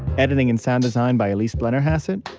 editing and sound design by elyse blennerhassett,